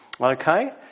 Okay